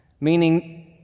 Meaning